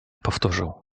powtórzył